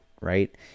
right